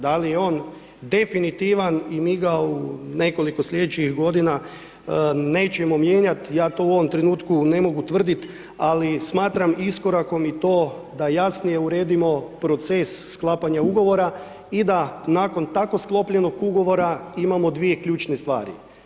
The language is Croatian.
Da li je on definitivan i mi ga u nekoliko sljedećih godina nećemo mijenjati, ja to u ovom trenutku ne mogu tvrditi, ali smatram iskorakom i to da jasnije uredimo proces sklapanja ugovora i da nakon tako sklopljenog ugovora imamo dvije ključne stvari.